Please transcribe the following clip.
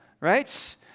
right